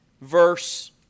verse